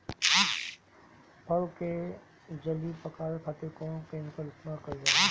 फल के जल्दी पकावे खातिर कौन केमिकल इस्तेमाल कईल जाला?